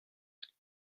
ganin